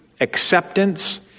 Acceptance